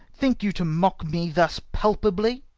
think you to mock me thus palpably?